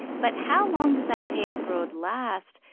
but how long does that paved road last,